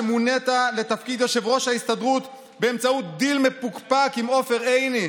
שמונית לתפקיד יושב-ראש ההסתדרות באמצעות דיל מפוקפק עם עופר עיני,